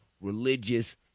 religious